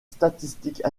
statistiques